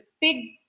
big